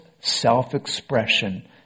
self-expression